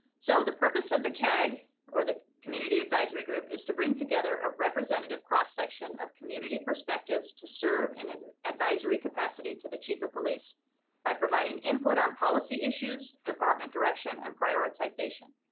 so the purpose of the cag or the community advisory group is to bring together a representative cross section of community perspectives to serve in an advisory capacity to the chief of police by providing input on policy issues, department direction, and prioritization.